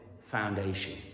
foundation